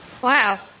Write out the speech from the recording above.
Wow